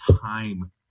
time